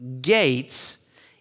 gates